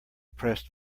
pressed